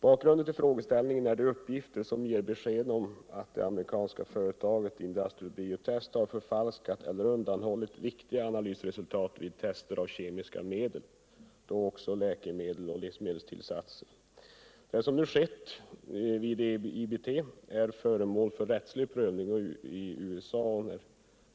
Bakgrunden till frågan är uppgifterna om att det amerikanska företaget Industrial Bio-Test har förfalskat eller undanhållit viktiga analysresultat vid tester av kemiska medel, då också läkemedel och livsmedelstillsatser. Det som sken vid IBT är nu föremål för rättslig prövning i USA.